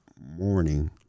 Morning